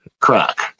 crack